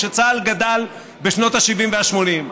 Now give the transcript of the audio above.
כשצה"ל גדל בשנות ה-70 וה-80,